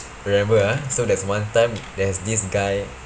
remember ah so there's one time there's this guy